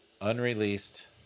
unreleased